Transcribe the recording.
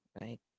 right